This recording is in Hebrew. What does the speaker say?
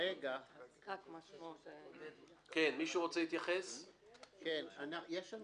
יש לנו